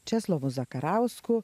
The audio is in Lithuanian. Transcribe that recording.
česlovu zakarausku